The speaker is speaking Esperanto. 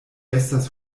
estas